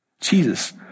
Jesus